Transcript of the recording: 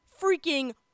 freaking